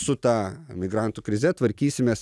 su ta migrantų krize tvarkysimės